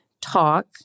talk